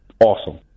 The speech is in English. awesome